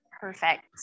Perfect